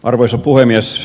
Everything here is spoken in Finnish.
arvoisa puhemies